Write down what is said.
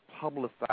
publicized